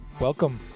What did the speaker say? Welcome